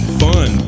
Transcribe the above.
fun